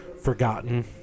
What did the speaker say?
forgotten